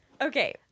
Okay